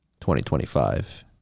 2025